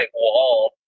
wall